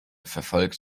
verfolgt